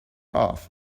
off